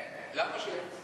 כן, אין.